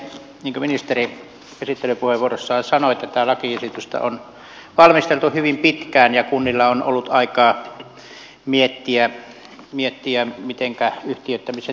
niin kuin ministeri esittelypuheenvuorossaan sanoi tätä lakiesitystä on valmisteltu hyvin pitkään ja kunnilla on ollut aikaa miettiä mitenkä yhtiöittämisen tekevät